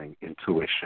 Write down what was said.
intuition